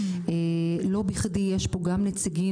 לא בכדי יש פה גם נציגים,